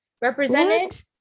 represented